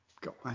got